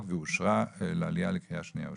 ואושרה לעלייה לקריאה שנייה ושלישית.